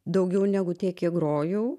daugiau negu tiek kiek grojau